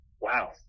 Wow